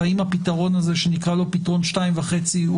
והאם הפתרון הזה שנקרא לו פתרון שתיים וחצי,